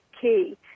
key